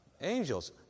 angels